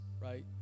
right